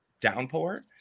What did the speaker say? downpour